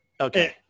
Okay